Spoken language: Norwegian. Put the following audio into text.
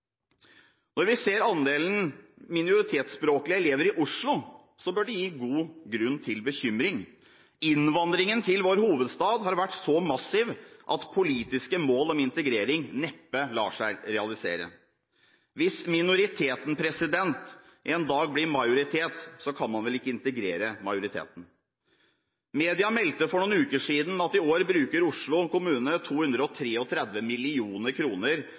Når vi ser andelen minoritetsspråklige elever i Oslo, bør det gi stor grunn til bekymring. Innvandringen til vår hovedstad har vært så massiv at politiske mål om integrering neppe lar seg realisere. Hvis minoriteten en dag blir majoritet, kan man vel ikke integrere majoriteten. Media meldte for noen uker siden at i år bruker Oslo kommune 233 mill. kr på ekstra norskkurs til elevene, og